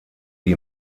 die